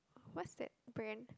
what's that brand